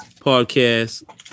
podcast